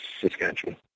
Saskatchewan